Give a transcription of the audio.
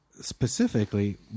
Specifically